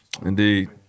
Indeed